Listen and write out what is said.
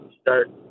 start